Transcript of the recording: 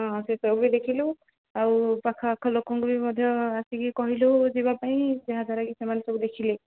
ହଁ ସେସବୁ ବି ଦେଖିଲୁ ଆଉ ଆଖପାଖ ଲୋକଙ୍କୁ ବି ମଧ୍ୟ ଆସିକି କହିଲୁ ଯିବା ପାଇଁ ଯାହାଦ୍ୱାରା କି ସେମାନେ ସବୁ ଦେଖିଲେ